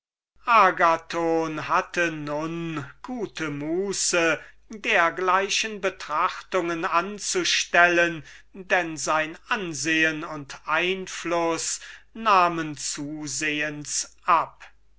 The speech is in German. agathon hatte nunmehr gute muße dergleichen betrachtungen anzustellen denn sein ansehen und einfluß nahm zusehends ab